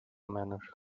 manner